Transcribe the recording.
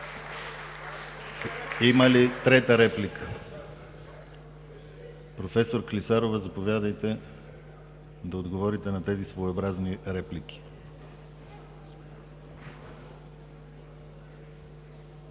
Има ли трета реплика? Няма. Професор Клисарова, заповядайте да отговорите на тези реплики.